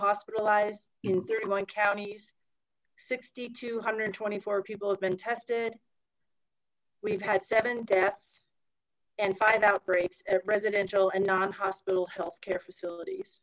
hospitalized in thirty one counties sixty two hundred and twenty four people have been tested we've had seven deaths and five outbreaks at residential and non hospital health care facilities